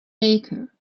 baker